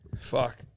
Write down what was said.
Fuck